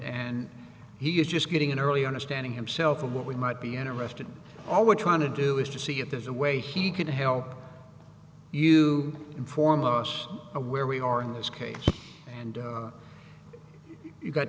and he is just getting an early understanding himself of what we might be interested in all we're trying to do is to see if there's a way he can help you inform us where we are in this case and you've got